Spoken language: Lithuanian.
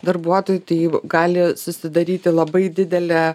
darbuotojų tai gali susidaryti labai didelė